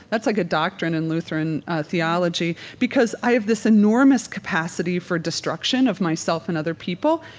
that's like a doctrine in lutheran theology because i have this enormous capacity for destruction of myself and other people,